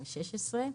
התשע"ז-2016,